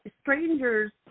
strangers